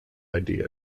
idea